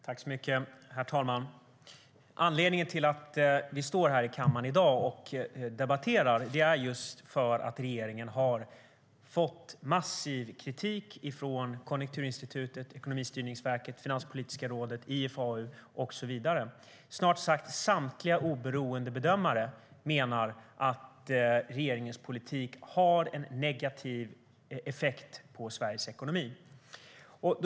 Herr talman! Anledningen till att vi står här i kammaren i dag och debatterar är att regeringen har fått massiv kritik från Konjunkturinstitutet, Ekonomistyrningsverket, Finanspolitiska rådet, IFAU och så vidare. Snart sagt samtliga oberoende bedömare menar att regeringens politik har en negativ effekt på Sveriges ekonomi.